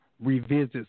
Revisit